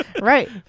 Right